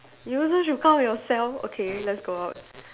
you also should count yourself okay let's go out